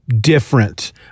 different